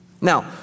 Now